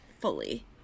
fully